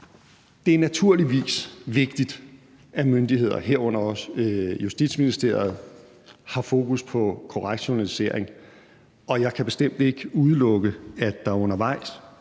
Det er naturligvis vigtigt, at myndighederne, herunder også Justitsministeriet, har fokus på korrekt journalisering, og jeg kan bestemt ikke udelukke, at der undervejs